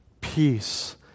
peace